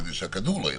כדי שהכדור לא יעוף,